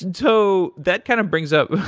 and so that kind of brings up